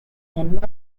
and